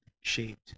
shaped